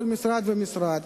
כל משרד ומשרד,